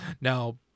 Now